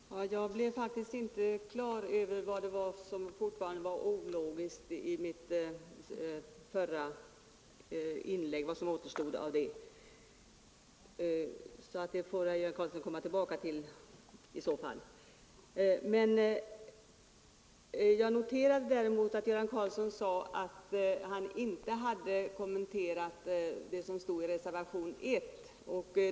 Herr talman! Jag blev faktiskt inte klar över vad det var som fortfarande var ologiskt i mitt förra inlägg, så herr Karlsson i Huskvarna får väl komma tillbaka till den saken. Däremot noterar jag att herr Göran Karlsson sade att han inte hade kommenterat det som stod i reservationen 1.